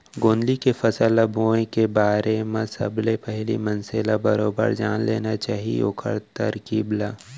गोंदली के फसल ल बोए के बारे म सबले पहिली मनसे ल बरोबर जान लेना चाही ओखर तरकीब ल